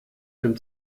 dem